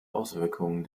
auswirkungen